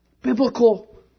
Biblical